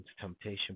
temptation